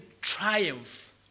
triumph